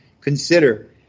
Consider